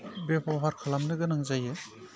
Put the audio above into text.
बेब'हार खालामनो गोनां जायो